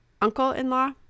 uncle-in-law